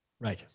right